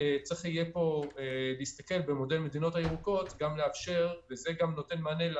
אנחנו ב-15 באוגוסט יכולים לצאת למתווה שמעל עשר מדינות אפשר להיכנס בלי